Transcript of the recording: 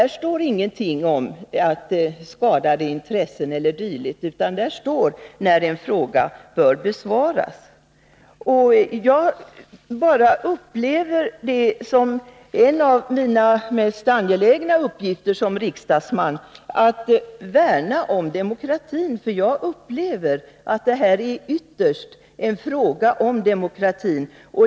Där står det ingenting om skadade intressen e. d., utan där står när en fråga bör besvaras. Jag ser det som en av mina mest angelägna uppgifter som riksdagsman att värna om demokratin. Och jag upplever att det här ytterst är en fråga om demokrati.